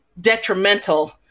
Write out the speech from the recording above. detrimental